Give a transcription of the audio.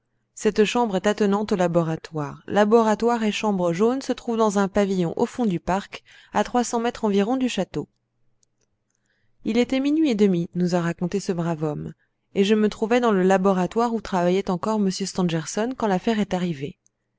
cette chambre est attenante au laboratoire laboratoire et chambre jaune se trouvent dans un pavillon au fond du parc à trois cents mètres environ du château il était minuit et demi nous a raconté ce brave homme et je me trouvais dans le laboratoire où travaillait encore m stangerson quand l'affaire est arrivée